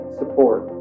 support